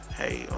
hey